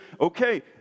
okay